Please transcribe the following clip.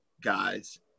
guys